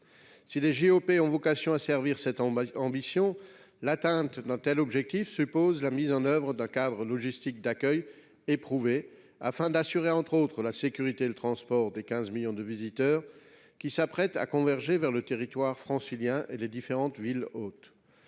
ont vocation à servir cette ambition, l’atteinte d’un tel objectif suppose la mise en œuvre d’un cadre logistique d’accueil éprouvé, afin d’assurer, entre autres, la sécurité et le transport des 15 millions de visiteurs qui s’apprêtent à converger vers le territoire francilien et les différentes villes hôtes.